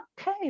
okay